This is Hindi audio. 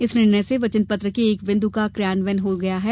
इस निर्णय से वचन पत्र के एक बिन्दु का क्रियान्वयन हो गया है